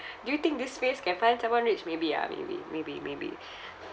do you think this place can find someone rich maybe ah maybe maybe maybe